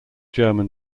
german